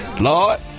Lord